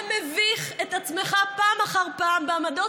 אתה מביך את עצמך פעם אחר פעם בעמדות